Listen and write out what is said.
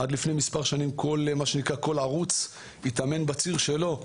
עד לפני מספר שנים כל ערוץ התאמן בציר שלו,